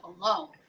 alone